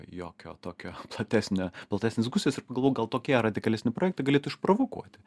jokio tokio platesnio platesnės diskusijos ir pagalvojau gal tokie radikalesni projektai galėtų išprovokuoti